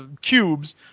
cubes